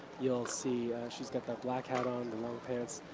you'll see, she's got that black hat on, the long pants.